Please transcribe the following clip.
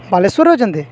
ବାଲେଶ୍ଵରରେ ଅଛନ୍ତି